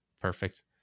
Perfect